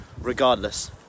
regardless